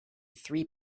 three